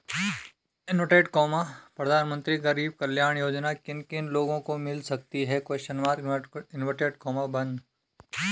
प्रधानमंत्री गरीब कल्याण योजना किन किन लोगों को मिल सकती है?